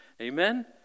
Amen